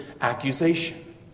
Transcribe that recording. accusation